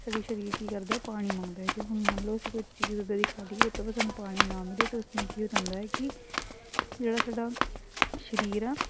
ਸਾਡੇ ਸਰੀਰ ਕੀ ਕਰਦਾ ਪਾਣੀ ਮੰਗਦਾ ਜੇ ਹੁਣ ਮੰਨ ਲਓ ਅਸੀਂ ਕੋਈ ਚੀਜ਼ ਉੱਦਾਂ ਦੀ ਖਾ ਲਈਏ ਤਾਂ ਫਿਰ ਤੁਹਾਨੂੰ ਪਾਣੀ ਨਾ ਮਿਲੇ ਤਾਂ ਉਸ ਨਾਲ ਕੀ ਹੋ ਜਾਂਦਾ ਹੈ ਕਿ ਜਿਹੜਾ ਸਾਡਾ ਸਰੀਰ ਆ